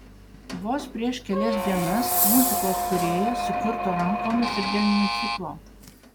vos prieš kelias dienas muzikos kūrėjas sukirto rankomis ir dėl miuziklo